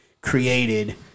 created